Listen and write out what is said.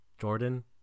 Jordan